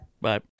bye